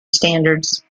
standards